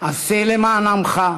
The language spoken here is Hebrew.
עשה למען עמך,